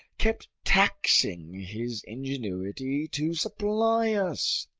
kept taxing his ingenuity to supply us.